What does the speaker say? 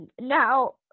now